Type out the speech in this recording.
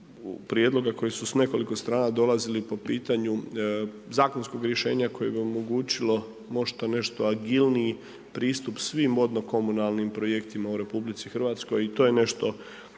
prijedloga koji su s nekoliko strana dolazili po pitanju zakonskog rješenja koje bi omogućilo možda nešto agilniji pristup svim vodno-komunalnim projektima u RH i to je nešto